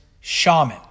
Shaman